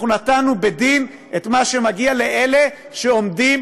אנחנו נתנו בדין את מה שמגיע לאלה שעומדים